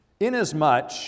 Inasmuch